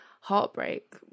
heartbreak